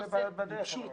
בדרך.